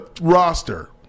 roster